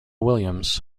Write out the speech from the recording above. williams